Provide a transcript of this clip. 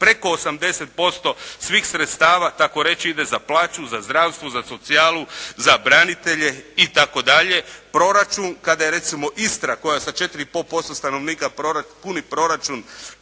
preko 80% svih sredstava takoreći ide za plaću, za zdravstvo, za socijalu, za branitelje i tako dalje. Proračun kada je recimo Istra koja sa 4 i pol posto stanovnika puni proračun